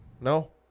No